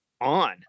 on